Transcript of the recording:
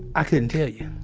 i couldn't tell you.